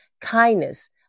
kindness